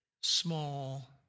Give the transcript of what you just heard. small